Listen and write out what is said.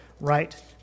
right